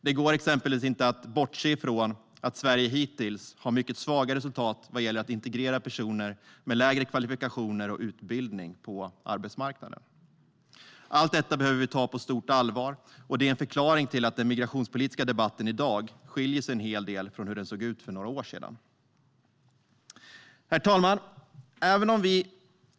Det går exempelvis inte att bortse från att Sverige hittills har mycket svaga resultat vad gäller att integrera personer med lägre kvalifikationer och utbildning på arbetsmarknaden. Allt detta behöver vi ta på stort allvar. Det är en förklaring till att den migrationspolitiska debatten i dag skiljer sig en hel del från hur den såg ut för några år sedan. Herr talman!